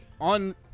On